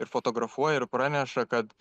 ir fotografuoja ir praneša kad